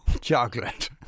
Chocolate